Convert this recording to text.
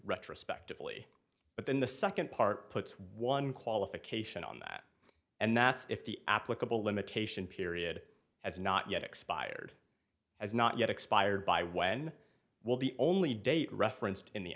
retrospectively but then the second part puts one qualification on that and that's if the applicable limitation period has not yet expired has not yet expired by when will the only date referenced in the